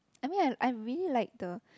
I mean I I really like the